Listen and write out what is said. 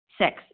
six